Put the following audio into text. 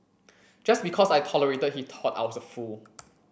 just because I tolerated he taught I was a fool